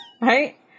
Right